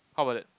how bout that